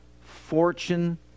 fortune